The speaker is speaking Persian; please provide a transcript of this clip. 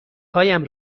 هایم